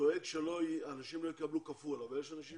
דואג שהאנשים לא יקבלו כפול אבל יש אנשים